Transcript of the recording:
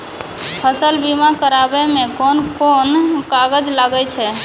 फसल बीमा कराबै मे कौन कोन कागज लागै छै?